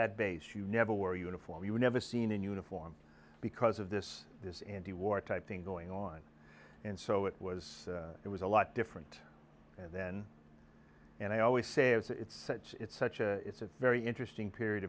that base you never wore a uniform you were never seen in uniform because of this this anti war type thing going on and so it was it was a lot different then and i always say it's such it's such a it's a very interesting period